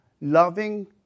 Loving